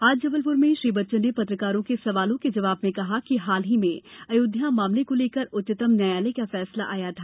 आज जबलपुर में श्री बच्चन ने पत्रकारों के सवालों के जवाब में कहा कि हाल ही में अयोध्या मामले को लेकर उच्चतम न्यायालय का फैसला आया था